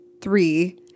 three